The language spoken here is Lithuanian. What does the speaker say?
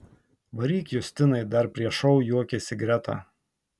varyk justinai dar prieš šou juokėsi greta